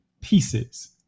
pieces